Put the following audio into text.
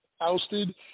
ousted